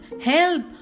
help